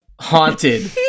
haunted